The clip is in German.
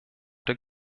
der